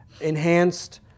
enhanced